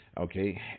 Okay